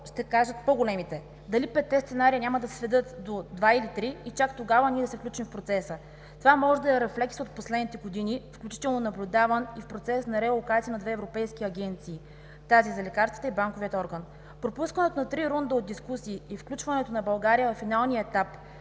ще кажат по-големите –дали петте сценария няма да се сведат до два или три и чак тогава ние да се включим в процеса. Това може да е рефлекс от последните години, включително наблюдаван и в процес на релокация на две европейски агенции – тази за лекарствата и банковият орган. Пропускането на три рунда от дискусии и включването на България във финалния етап,